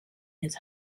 his